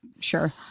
sure